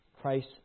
Christ